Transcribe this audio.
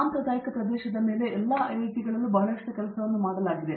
ಸಾಂಪ್ರದಾಯಿಕ ಪ್ರದೇಶದ ಮೇಲೆ ಎಲ್ಲಾ ಐಐಟಿಯಲ್ಲೂ ಬಹಳಷ್ಟು ಕೆಲಸವನ್ನು ಮಾಡಲಾಗುತ್ತಿದೆ